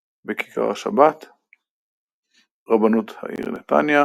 בשנותיו בישיבה למד בחברותא בכתבי הרב קוק עם הרב עוזי קלכהיים.